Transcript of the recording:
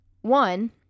One